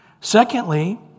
Secondly